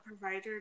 provider